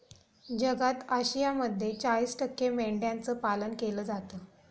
जगात आशियामध्ये चाळीस टक्के मेंढ्यांचं पालन केलं जातं